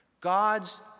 God's